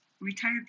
retired